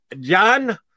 John